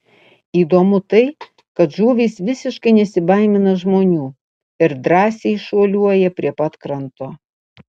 įdomu tai kad žuvys visiškai nesibaimina žmonių ir drąsiai šuoliuoja prie pat kranto